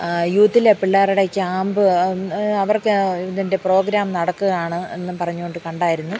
യൂത്തിലെ പിള്ളോരുടെ ക്യാമ്പ് അവർക്ക് ഇതിൻ്റെ പ്രോഗ്രാം നടക്കുകയാണ് എന്നും പറഞ്ഞു കൊണ്ട് കണ്ടായിരുന്നു